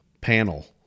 panel